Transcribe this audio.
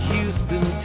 Houston